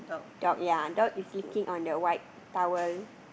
dog ya dog is licking on the white towel